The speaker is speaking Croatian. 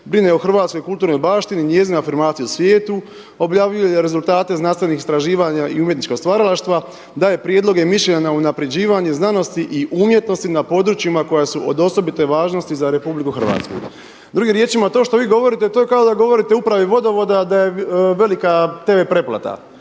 brine o hrvatskoj kulturnoj baštini, njezinoj afirmaciji u svijetu, objavljuje rezultate znanstvenih istraživanja i umjetničkog stvaralaštva, daje prijedloge i mišljenja na unapređivanje znanosti i umjetnosti na područjima koja su od osobite važnosti za Republiku Hrvatsku. Drugim riječima, to što vi govorite to je kao da govorite upravi Vodovoda da je velika tv pretplata,